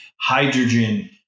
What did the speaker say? hydrogen